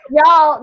y'all